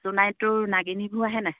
সোণাৰীত তোৰ নাগিনীবোৰ আহে নাই